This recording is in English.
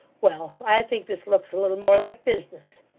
well! i think this looks a little more like business